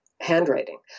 handwriting